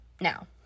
now